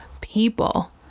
people